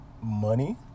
money